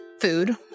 food